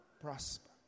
prosper